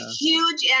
huge